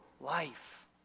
life